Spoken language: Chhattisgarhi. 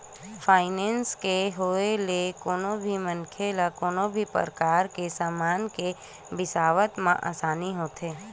फायनेंस के होय ले कोनो भी मनखे ल कोनो भी परकार के समान के बिसावत म आसानी होथे